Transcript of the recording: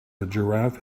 giraffe